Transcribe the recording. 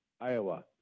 Iowa